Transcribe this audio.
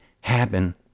happen